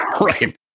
Right